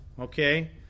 okay